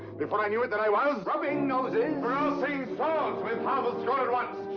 before i knew it, there i was rubbing noses! crossing swords with half a score at once!